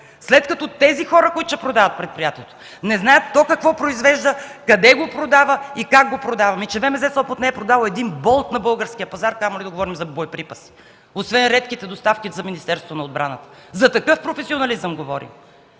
след като тези хора, които ще продават предприятието, не знаят то какво произвежда, къде го продава и как го продава?! Ами, че ВМЗ – Сопот не е продало един болт на българския пазар, камо ли да говорим за боеприпаси, освен редките доставки за Министерството на отбраната. За такъв професионализъм говорим!